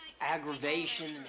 aggravation